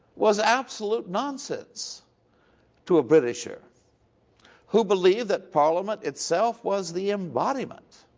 was absolute nonsense to a britisher who believed that parliament itself was the embodiment